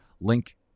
Link